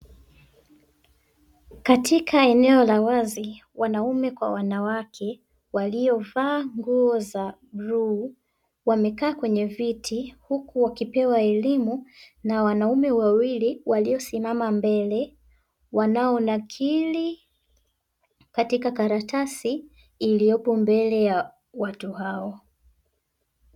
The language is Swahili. Katika eneo la wazi wanaume kwa wanawake waliovaa nguo za bluu, wamekaa kwenye viti huku wakipewa elimu na wanaume wawili waliosimama mbele. Wanaonakili katika karatasi iliyopo mbele ya watu hao.